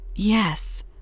Yes